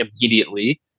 immediately